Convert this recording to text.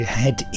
head